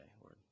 Lord